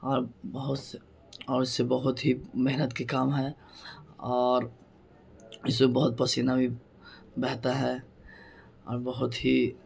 اور بہت سے اور اس سے بہت ہی محنت کے کام ہے اور اس سے بہت پسینہ بھی بہتا ہے اور بہت ہی